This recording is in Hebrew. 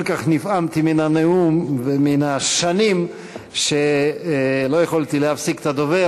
כל כך נפעמתי מן הנאום ומן השנים שלא יכולתי להפסיק את הדובר,